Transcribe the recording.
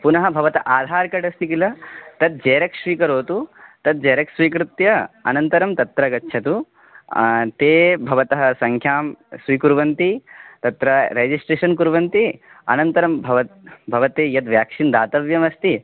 पुनः भवता आधार् कर्ड् अस्ति खिल तद् जेरक्स् स्वीकरोतु तद् जेरक्स् स्वीकृत्य अनन्तरं तत्र गच्छतु ते भवतः सङ्ख्यां स्वीकुर्वन्ति तत्र रेजिस्ट्रेशन् कुर्वन्ति अनन्तरं भवत् भवते यद् व्याक्सिन् दातव्यम् अस्ति